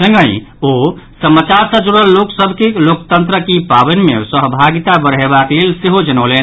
संगहि ओ समाचार सँ जुड़ल लोक सभ के लोकतंत्रक ई पावनि मे सहभागिता बढ़यबाक लेल सेहो जनौलनि